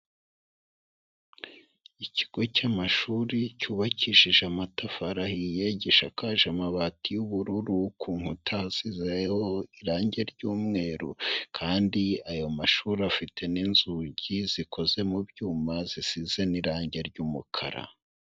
Ikigo cy'amashuri cyubakishije amatafari ahiye, gishakaje amabati y'ubururu ku nkuta zizeho irangi ry'umweru, kandi ayo mashuri afite n'inzugi zikoze mu byuma zisize n'irangi ry'umukara.